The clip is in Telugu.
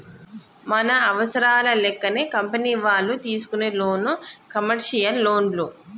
మన అవసరాల లెక్కనే కంపెనీ వాళ్ళు తీసుకునే లోను కమర్షియల్ లోన్లు